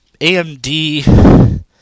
AMD